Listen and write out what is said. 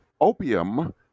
Opium